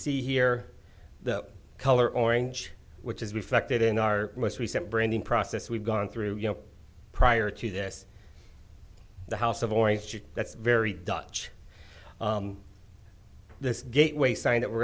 see here the color orange which is reflected in our most recent branding process we've gone through you know prior to this the house of orange juice that's very dutch the gateway sign that we're